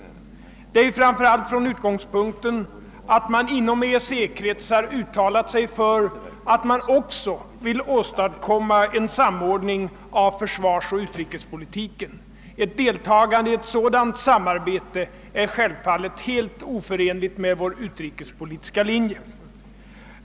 Vi har gjort det framför allt därför, att man inom EEC-kretsar har uttalat sig för att man också vill åstadkomma en samordning av försvarsoch utrikespolitiken. Ett deltagande i ett sådant samarbete är självfallet helt oförenligt med vår utrikespolitiska linje.